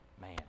man